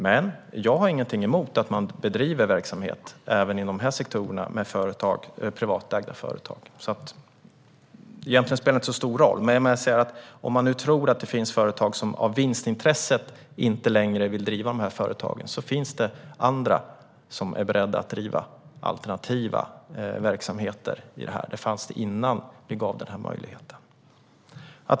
Men jag har ingenting emot att man bedriver verksamhet även i de här sektorerna med privatägda företag. Egentligen spelar det inte så stor roll, men jag vill säga att om man nu tror att det finns företag som av vinstintresse inte längre vill driva de här företagen finns det andra som är beredda att driva alternativa verksamheter där. Det fanns det även innan vi gav den här möjligheten.